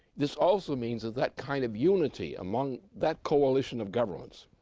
this also means that that kind of unity among that coalition of governments,